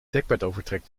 dekbedovertrek